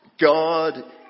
God